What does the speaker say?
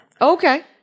Okay